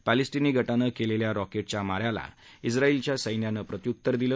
पॅलेस्टिनी गटानं केलेल्या रॉकेटच्या मा याला झाएलच्या सैन्यानं प्रत्युत्तर दिलं